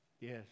Yes